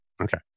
Okay